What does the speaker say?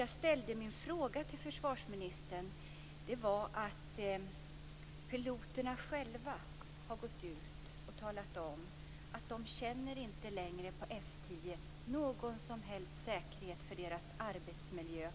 Jag ställde den här frågan till försvarsministern eftersom piloterna själva har gått ut och talat om att de på F 10 inte längre känner någon säkerhet när det gäller deras arbetsmiljö.